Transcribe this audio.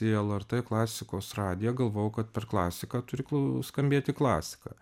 į lrt klasikos radiją galvojau kad per klasiką turi skambėti klasika